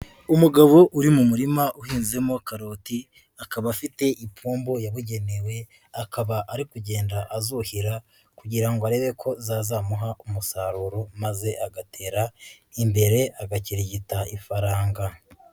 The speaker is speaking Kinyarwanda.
Umugabo uri mu murima uhinzemo karoti akaba afite ipombo yabugenewe, akaba ari kugenda azuhira kugira ngo arebe ko zazamuha umusaruro maze agatera imbere agakirigita ifaranga.